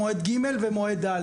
מועד ג' ומועד ד',